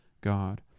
God